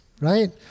right